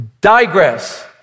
Digress